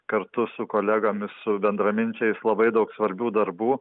kartu su kolegomis su bendraminčiais labai daug svarbių darbų